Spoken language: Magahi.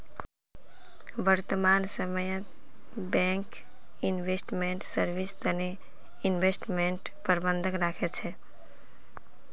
वर्तमान समयत बैंक इन्वेस्टमेंट सर्विस तने इन्वेस्टमेंट प्रबंधक राखे छे